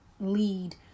lead